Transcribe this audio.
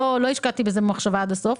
לא השקעתי בזה מחשבה עד הסוף,